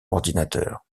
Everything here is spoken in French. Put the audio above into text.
ordinateur